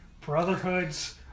Brotherhood's